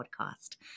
podcast